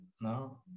No